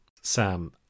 Sam